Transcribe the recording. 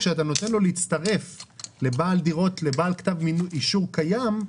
כשאתה נותן לו להצטרף לבעל כתב אישור קיים,